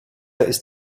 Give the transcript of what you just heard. ist